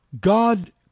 God